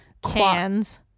cans